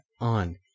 on